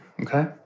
Okay